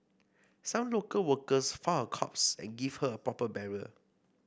some local workers found her corpse and gave her a proper burial